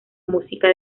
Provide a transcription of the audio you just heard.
música